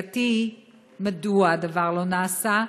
רצוני לשאול: מדוע הדבר לא נעשה,